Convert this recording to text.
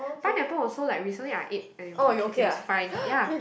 pineapple also like recently I ate and it was okay it was fine ya